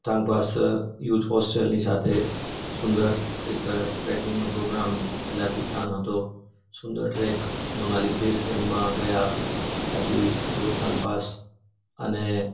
Rohtang pass youth હોસ્ટેલની સાથે સુંદર એક ટ્રેકીંગનો પ્રોગ્રામ પહેલાથી પ્લાન હતો સુંદર ટ્રેક મનાલી બેસ કેમ્પમાં ગયા ત્યાંથી રોહતાંગ પાસ અને